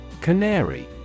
Canary